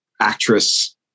actress